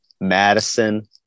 Madison